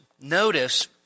Notice